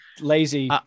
lazy